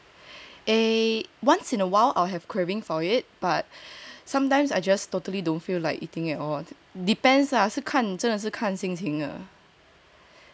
err once in a while I'll have craving for it but sometimes I just totally don't feel like eating at all depends lah 是看真的是看心情